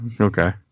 okay